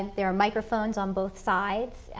there are microphones on both sides.